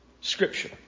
scripture